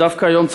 ודווקא היום,